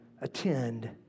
attend